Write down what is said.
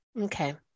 okay